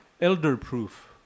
elder-proof